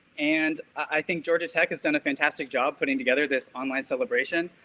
and i think georgia tech has done a fantastic job putting together this online celebration.